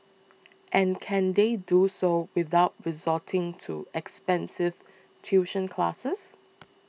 and can they do so without resorting to expensive tuition classes